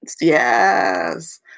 Yes